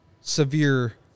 severe